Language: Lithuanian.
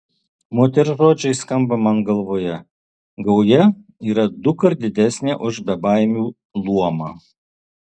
moters žodžiai skamba man galvoje gauja yra dukart didesnė už bebaimių luomą